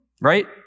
right